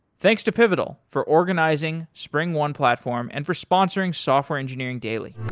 thanks to pivotal for organizing springone platform and for sponsoring software engineering daily